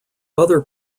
other